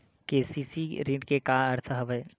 KCC ऋण के का अर्थ हवय?